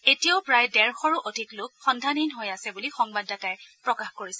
এতিয়াও প্ৰায় ডেৰশৰো অধিক লোক সন্ধানহীন হৈ আছে বুলি সংবাদদাতাই প্ৰকাশ কৰিছে